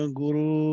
guru